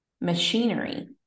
machinery